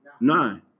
Nine